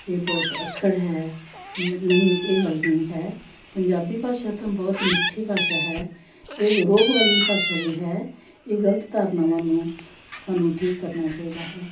ਇਹ ਬਹੁਤ ਅੱਖੜ ਹੈ ਨਹੀਂ ਇਹ ਗੱਲ ਨਹੀਂ ਹੈ ਪੰਜਾਬੀ ਭਾਸ਼ਾ ਤਾਂ ਬਹੁਤ ਮਿੱਠੀ ਭਾਸ਼ਾ ਹੈ ਇਹ ਰੋਅਬ ਵਾਲੀ ਭਾਸ਼ਾ ਵੀ ਹੈ ਇਹ ਗਲਤ ਧਾਰਨਾਵਾਂ ਨੂੰ ਸਾਨੂੰ ਠੀਕ ਕਰਨਾ ਚਾਹੀਦਾ ਹੈ